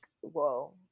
whoa